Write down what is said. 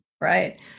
Right